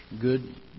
Good